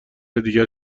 دیگر